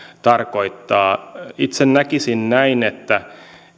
tarkoittaa itse näkisin näin että